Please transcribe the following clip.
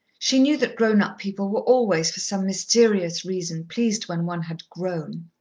she knew that grown-up people were always, for some mysterious reason, pleased when one had grown.